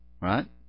right